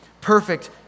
perfect